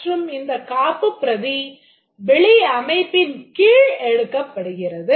மற்றும் இந்த காப்பு பிரதி வெளி அமைப்பின் கீழ் எடுக்கப் படுகிறது